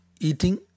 eating